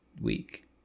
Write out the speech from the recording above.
week